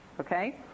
okay